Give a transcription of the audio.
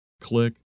click